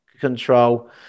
control